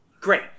Great